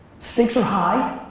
stakes are high.